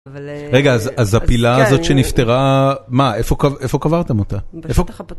רגע, אז הפילה הזאת שנפטרה, מה, איפה קברתם אותה?